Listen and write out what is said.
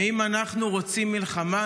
האם אנחנו רוצים מלחמה?